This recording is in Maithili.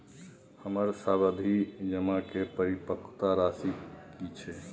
हमर सावधि जमा के परिपक्वता राशि की छै?